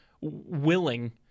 willing